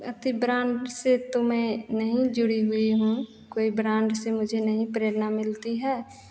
अथी ब्राण्ड से तो मैं नहीं जुड़ी हुई हूँ कोई ब्राण्ड से मुझे नहीं प्रेरणा मिलती है